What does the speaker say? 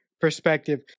perspective